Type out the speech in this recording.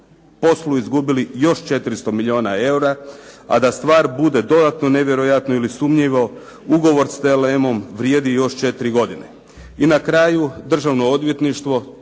poslu izgubili još 400 milijuna eura, a da stvar bude dodatno ili nevjerojatno ili sumnjivo ugovor s TLM-om vrijedi još 4 godine. I na kraju Državno odvjetništvo